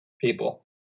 people